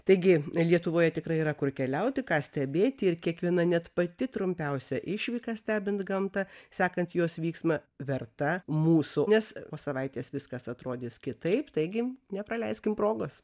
taigi lietuvoje tikrai yra kur keliauti ką stebėti ir kiekviena net pati trumpiausia išvyka stebint gamtą sekant jos vyksmą verta mūsų nes po savaitės viskas atrodys kitaip taigi nepraleiskim progos